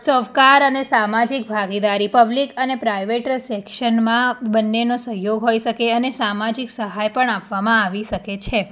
સહકાર અને સામાજિક ભાગીદારી પબ્લીક અને પ્રાઇવેટ સેક્શનમાં બંનેનો સહયોગ હોઈ સકે અને સામાજિક સહાય પણ આપવામાં આવી શકે છે